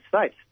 States